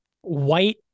white